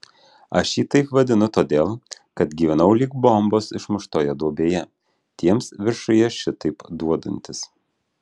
aš jį taip vadinu todėl kad gyvenau lyg bombos išmuštoje duobėje tiems viršuje šitaip duodantis